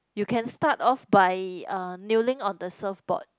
you can start off by uh kneeling on the surfboard